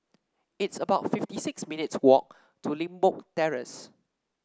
it's about fifty six minutes' walk to Limbok Terrace